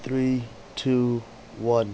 three two one